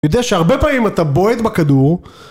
יודע שהרבה פעמים אתה בועט בכדור